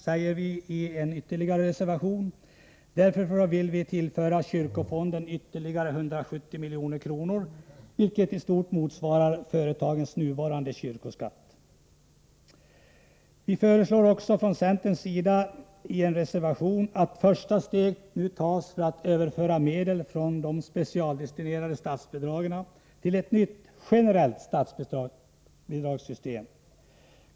Därför vill vi tillföra kyrkofonden ytterligare 170 milj.kr., vilket i stort motsvarar företagens nuvarande kyrkoskatt. — Centern föreslår att ett första steg nu tas för att överföra medel från de specialdestinerade statsbidragen till ett nytt generellt statsbidragssystem.